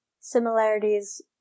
similarities